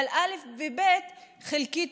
אבל א' וב' חלקית,